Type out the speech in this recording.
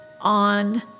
on